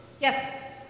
Yes